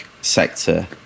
sector